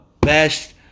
best